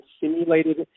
simulated